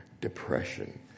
depression